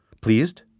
Pleased